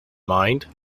mind